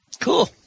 cool